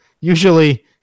Usually